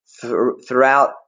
throughout